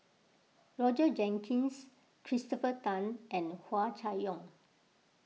Roger Jenkins Christopher Tan and Hua Chai Yong